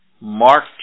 Mark